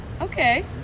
okay